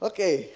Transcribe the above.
Okay